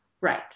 Right